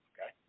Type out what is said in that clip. okay